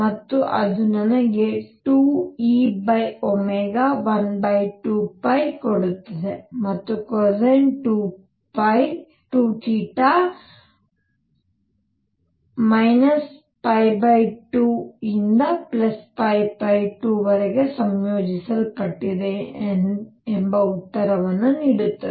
ಮತ್ತು ಅದು ನನಗೆ 2E12 ಕೊಡುತ್ತದೆ ಮತ್ತು ಕೊಸೈನ್ 2θ 2 ರಿಂದ 2 ವರೆಗೂ ಸಂಯೋಜಿಸಲ್ಪಟ್ಟಿದೆ ಎಂಬ ಉತ್ತರವನ್ನು ನೀಡುತ್ತದೆ